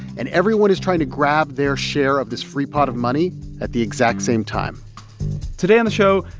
and everyone is trying to grab their share of this free pot of money at the exact same time today on the show,